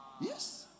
Yes